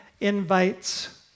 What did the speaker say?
invites